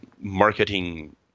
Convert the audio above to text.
marketing